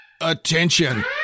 Attention